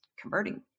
converting